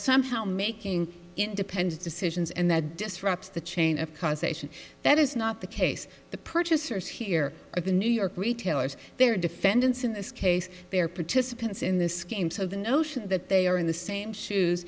somehow making it depends decisions and that disrupts the chain of causation that is not the case the purchasers here are the new york retailers they're defendants in this case they are participants in this game so the notion that they are in the same shoes